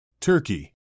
Turkey